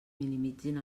minimitzin